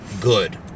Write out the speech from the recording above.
good